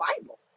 Bible